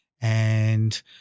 and-